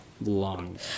long